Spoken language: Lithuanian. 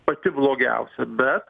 pati blogiausia bet